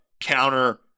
counter